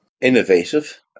innovative